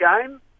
game